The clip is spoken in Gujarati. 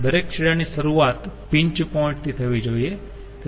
દરેક છેડા ની શરૂઆત પિન્ચ પોઈન્ટ થી થવી જોઈએ